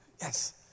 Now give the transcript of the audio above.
Yes